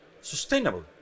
sustainable